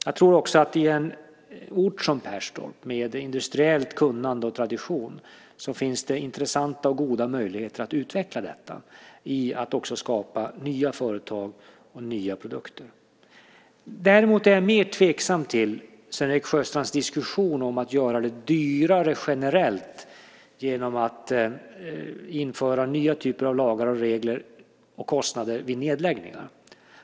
Jag tror också att i en ort som Perstorp, med industriellt kunnande och tradition, finns det intressanta och goda möjligheter att utveckla detta och också skapa nya företag och nya produkter. Däremot är jag mer tveksam till Sven-Erik Sjöstrands diskussion om att göra det dyrare generellt genom att införa nya typer av lagar, regler och kostnader vid nedläggningar.